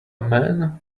man